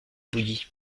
bouillie